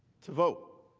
to vote.